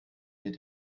mit